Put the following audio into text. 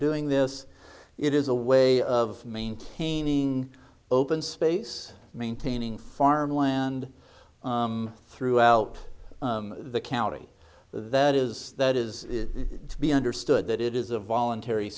doing this it is a way of maintaining open space maintaining farmland throughout the county that is that is to be understood that it is a voluntary